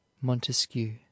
Montesquieu